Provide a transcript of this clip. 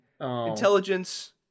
Intelligence